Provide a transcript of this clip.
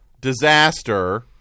disaster